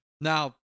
Now